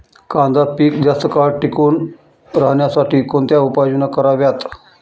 कांदा पीक जास्त काळ टिकून राहण्यासाठी कोणत्या उपाययोजना कराव्यात?